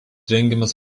rengiamas